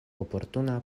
oportuna